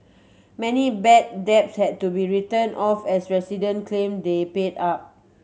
many bad debts had to be written off as resident claim they paid up